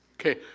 Okay